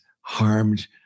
harmed